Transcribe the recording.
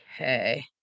Okay